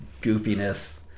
goofiness